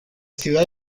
ciudad